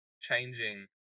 changing